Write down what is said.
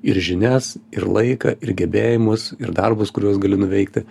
ir žinias ir laiką ir gebėjimus ir darbus kuriuos galiu nuveikti